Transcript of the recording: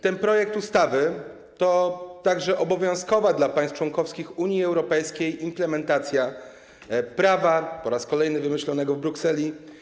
Ten projekt ustawy to także obowiązkowa dla państw członkowskich Unii Europejskiej implementacja prawa po raz kolejny wymyślonego w Brukseli.